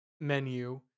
menu